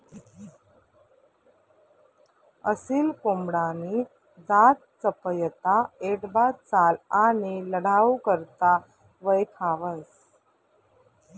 असील कोंबडानी जात चपयता, ऐटबाज चाल आणि लढाऊ करता वयखावंस